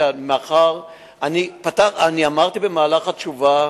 אני אמרתי, בתשובה,